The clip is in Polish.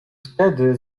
wtedy